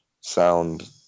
sound